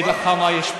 אני אגיד לך מה יש.